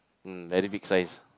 mm very big size